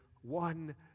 one